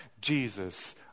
Jesus